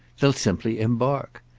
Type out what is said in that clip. they'll simply embark.